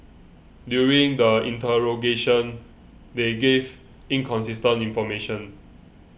during the interrogation they gave inconsistent information